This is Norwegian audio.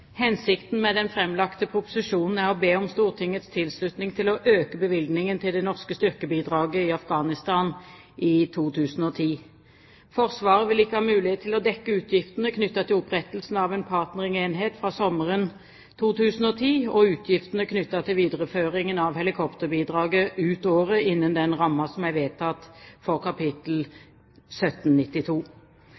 norske styrkebidraget i Afghanistan i 2010. Forsvaret vil ikke ha mulighet til å dekke utgiftene knyttet til opprettelsen av en partneringenhet fra sommeren 2010, og utgiftene knyttet til videreføring av helikopterbidraget ut året innen den rammen som er vedtatt for kapittel